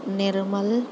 نرمل